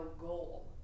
goal